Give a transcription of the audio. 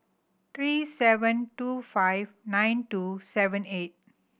three seven two five nine two seven eight